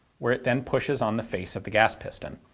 where it then pushes on the face of the gas piston.